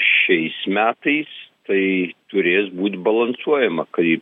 šiais metais tai turės būt balansuojama kai